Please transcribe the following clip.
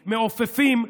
מעופפים,